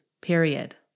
period